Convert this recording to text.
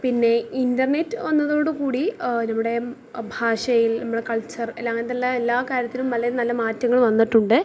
പിന്നെ ഇൻ്റർനെറ്റ് വന്നതോടുകൂടി നമ്മുടെ ഭാഷയിൽ നമ്മളുടെ കൾച്ചർ എല്ലാം എന്തെല്ലാം എല്ലാ കാര്യത്തിലും വളരെ നല്ല മാറ്റങ്ങൾ വന്നിട്ടുണ്ട്